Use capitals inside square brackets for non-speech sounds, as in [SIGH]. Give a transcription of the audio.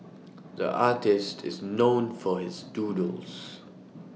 the artist is known for his doodles [NOISE]